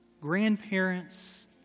grandparents